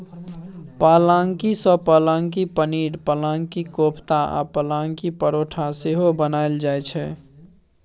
पलांकी सँ पलांकी पनीर, पलांकी कोपता आ पलांकी परौठा सेहो बनाएल जाइ छै